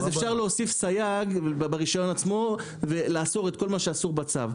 אז אפשר להוסיף סייג ברישיון עצמו ולאסור את כל מה שאסור בצו,